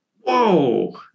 Whoa